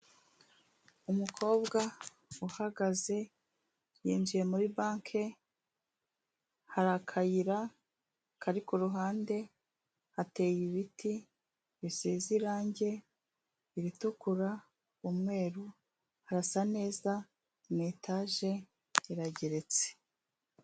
Umukobwa uhagaze, yinjiye muri banke, hari akayira, kari kuruhande, hateye ibiti, bisize irange, iritukura, umweru, harasa neza, ni etage, irarageretse.